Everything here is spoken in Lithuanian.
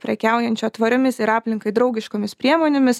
prekiaujančio tvariomis ir aplinkai draugiškomis priemonėmis